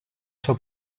sua